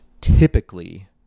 typically